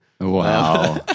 Wow